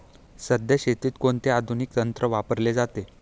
सध्या शेतीत कोणते आधुनिक तंत्र वापरले जाते?